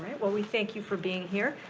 well we thank you for being here.